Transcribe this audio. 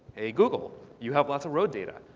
hey google. you have lots of road data.